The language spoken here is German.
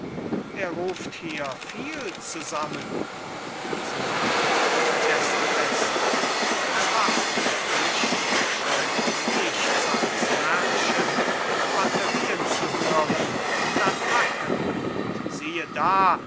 er ruft hier viel zusammen isolani desto besser erwartet ich doch schon von nichts als märschen und batterien zu hören und attacken und siehe da